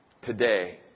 today